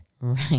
Right